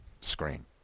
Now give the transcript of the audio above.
screen